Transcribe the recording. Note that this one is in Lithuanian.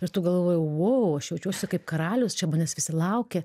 ir tu galvoji vou aš jaučiuosi kaip karalius čia manęs visi laukia